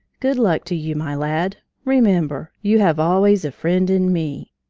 good luck to you my lad. remember you have always a friend in me!